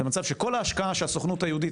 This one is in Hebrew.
זה מצב שכל ההשקעה שהסוכנות היהודית